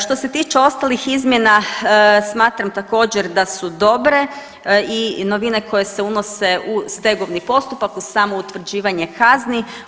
Što se tiče ostalih izmjena smatram također da su dobre i novine koje se unose u stegovni postupak, u samo utvrđivanje kazni.